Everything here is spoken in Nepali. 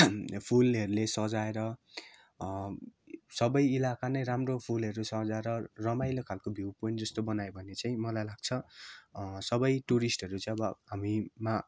फुलहरूले सजाएर सबै इलाका नै राम्रो फुलहरूले सजाएर रमाइलो खालको भ्यु पोइन्ट जस्तो बनायो भने चाहिँ मलाई लाग्छ सबै टुरिस्टहरू चाहिँ अब हामीमा